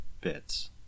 bits